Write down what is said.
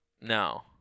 No